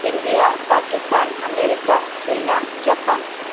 India Pakistan America சீனா Japan